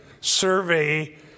survey